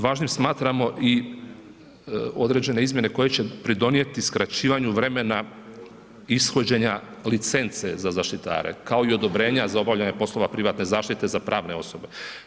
Važnim smatramo i određene izmjene koje će pridonijeti skraćivanju vremena ishođenja licence za zaštitare kao i odobrenja za obavljanje poslova privatne zaštite za pravne osobe.